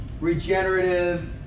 regenerative